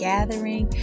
Gathering